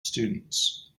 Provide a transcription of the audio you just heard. students